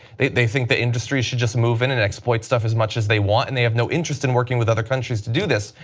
they they think the industry should just move in and explain things as much as they want and they have no interest in working with other countries to do this,